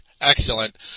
Excellent